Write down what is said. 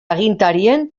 agintarien